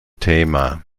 thema